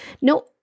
No